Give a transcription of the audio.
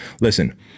Listen